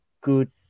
good